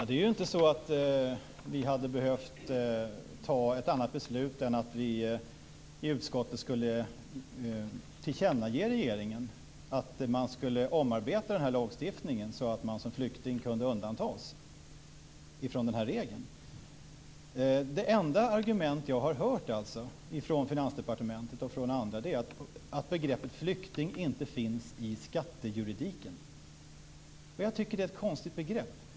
Fru talman! Vi hade inte behövt ta ett annat beslut än att i utskottet tillkännage till regeringen att man skulle omarbeta lagstiftningen så att flyktingar kunde undantas från den här regeln. Det enda argument jag har hört från Finansdepartementet och från andra är att begreppet flykting inte finns i skattejuridiken. Jag tycker att det är ett konstigt begrepp.